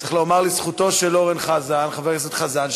צריך לומר לזכותו של חבר הכנסת חזן,